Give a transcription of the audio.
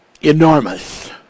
enormous